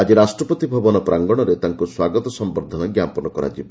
ଆଜି ରାଷ୍ଟ୍ରପତି ଭବନ ପ୍ରାଙ୍ଗଣରେ ତାଙ୍କୁ ସ୍ୱାଗତ ସମ୍ଭର୍ଦ୍ଧନା ଜ୍ଞାପନ କରାଯିବ